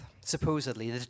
supposedly